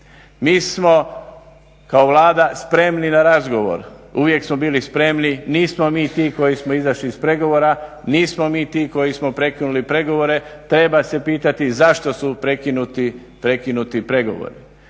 Mi smo kao Vlada spremi na razgovor, uvijek smo bili spremni. Nismo mi ti koji smo izišli iz pregovora, nismo mi ti koji smo prekinuli pregovore. Treba se pitati zašto su prekinuti pregovori.